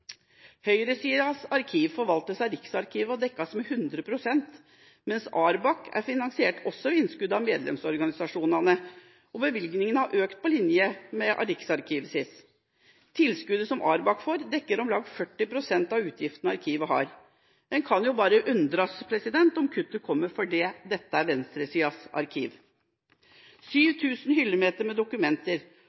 Høyresidas arkiv forvaltes av Riksarkivet og dekkes med 100 pst., mens Arbark er finansiert også ved innskudd fra medlemsorganisasjonene, og bevilgningen har økt på linje med Riksarkivets. Tilskuddet som Arbark får, dekker om lag 40 pst. av utgiftene arkivet har. En kan bare undres om kuttet kommer fordi dette er venstresidas arkiv. 7 000 hyllemeter med dokumenter,